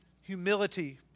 humility